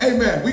Amen